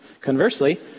Conversely